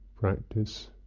practice